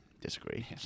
Disagree